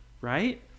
right